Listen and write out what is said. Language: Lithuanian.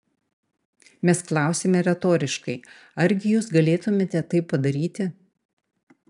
mes klausiame retoriškai argi jus galėtumėte tai padaryti